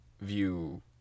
view